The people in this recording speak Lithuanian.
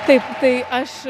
taip tai aš